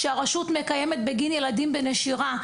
שהרשות מקיימת בגין ילדים בנשירה,